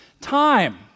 time